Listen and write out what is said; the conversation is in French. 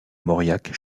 mauriac